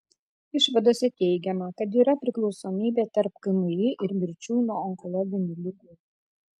išvadose teigiama kad yra priklausomybė tarp kmi ir mirčių nuo onkologinių ligų